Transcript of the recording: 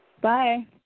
Bye